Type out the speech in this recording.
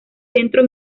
centro